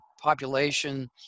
population